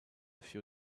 few